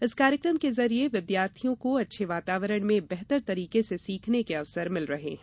इस कार्यकम के जरिए विद्यार्थियों को अच्छे वातावरण में बेहतर तरीके से सीखने के अवसर मिल रहे हैं